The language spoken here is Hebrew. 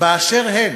יהיו אשר יהיו,